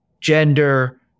gender